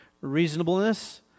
reasonableness